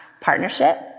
partnership